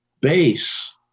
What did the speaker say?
base